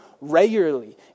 regularly